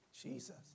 Jesus